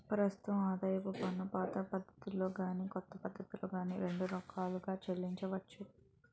ప్రస్తుతం ఆదాయపు పన్నుపాత పద్ధతిలో గాని కొత్త పద్ధతిలో గాని రెండు రకాలుగా చెల్లించొచ్చు